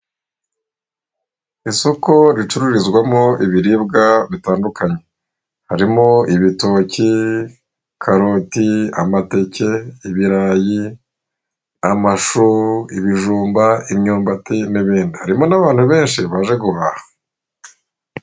Isoko ricururizwamo ibiribwa bitandukanye harimo ibitoki, karoti, amateke, ibirayi, amasho ibijumba, imyumbati n'ibindi. harimo n'abantu benshi baje guhaha.